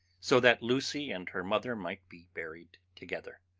so that lucy and her mother might be buried together.